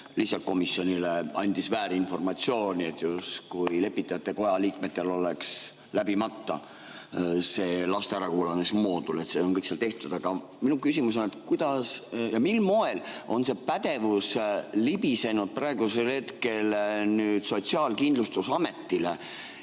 lihtsalt komisjonile andis väärinformatsiooni, justkui lepitajate koja liikmetel oleks läbimata see laste ärakuulamise moodul. See on kõik seal tehtud. Aga minu küsimus on, et kuidas ja mil moel on see pädevus libisenud praegusel hetkel Sotsiaalkindlustusametile.